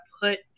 put